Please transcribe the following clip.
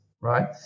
right